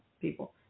people